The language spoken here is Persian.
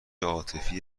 عاطفی